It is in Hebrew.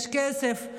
יש כסף,